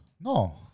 No